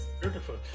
Beautiful